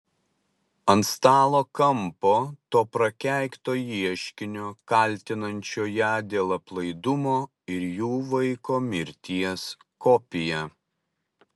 ant stalo kampo to prakeikto ieškinio kaltinančio ją dėl aplaidumo ir jų vaiko mirties kopija